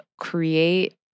create